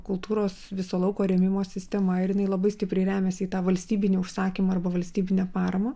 kultūros viso lauko rėmimo sistema ir jinai labai stipriai remiasi į tą valstybinį užsakymą arba valstybinę paramą